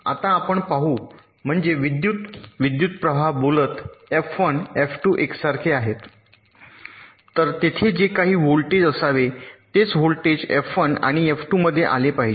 आता पाहू म्हणजे विद्युत विद्युतप्रवाह बोलत एफ 1 एफ 2 एकसारखे आहेत तर तेथे जे काही व्होल्टेज असावे तेच व्होल्टेज एफ 1 आणि एफ 2 मध्ये आले पाहिजेत